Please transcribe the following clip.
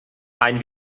rein